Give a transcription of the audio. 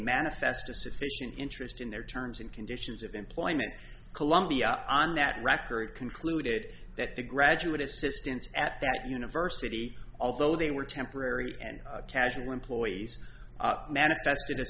manifest a sufficient interest in their terms and conditions of employment columbia on that record concluded that the graduate assistance at that university although they were temporary and casual employees manifested